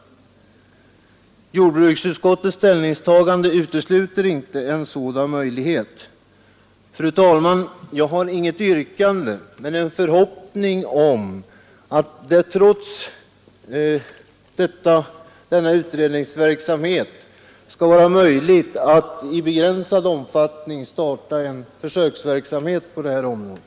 Jordbruksutskottets ställningstagande utesluter inte en sådan möjlighet. Fru talman! Jag har inget yrkande, men uttrycker en förhoppning om att det trots denna utredningsverksamhet skall vara möjligt att i begränsad omfattning starta en försöksverksamhet på det här området.